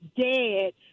dead